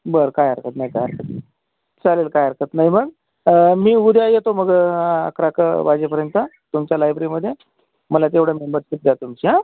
बरं काही हरकत नाही काही हरकत नाही चालेल काही हरकत नाही बा मी उद्या येतो मग अकरा अकरा वाजेपर्यंत तुमच्या लायब्ररीमध्ये मला तेवढा मेंबरशिप द्या तुमची आ